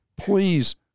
please